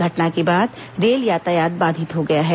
घटना के बाद रेल यातायात बाधित हो गया है